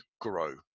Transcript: grow